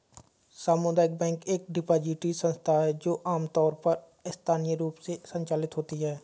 सामुदायिक बैंक एक डिपॉजिटरी संस्था है जो आमतौर पर स्थानीय रूप से संचालित होती है